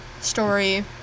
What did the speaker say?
story